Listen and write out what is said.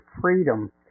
Freedom